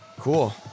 Cool